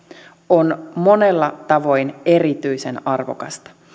on monella tavoin erityisen arvokasta